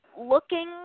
looking